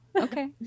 okay